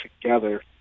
together